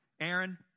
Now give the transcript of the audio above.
Aaron